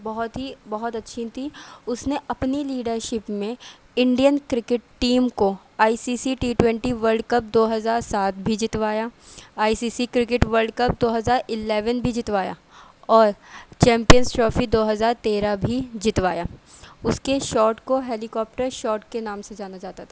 بہت ہی بہت اچھی تھیں اس نے اپنی لیڈرشپ میں انڈین کرکٹ ٹیم کو I C C T twenty World Cup دو ہزار سات بھی جتوایا I C C cricket World Cup دو ہزار ایلیون بھی جتوایا اور چمپئنس ٹرافی دو ہزار تیرہ بھی جتوایا اس کے شاٹ کو ہیلیکاپٹر شاٹ کے نام سے جانا جاتا تھا